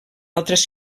altres